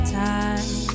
time